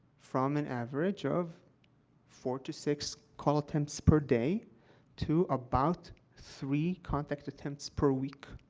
from an average of four to six call attempts per day to about three contact attempts per week.